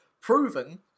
proven